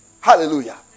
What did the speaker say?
Hallelujah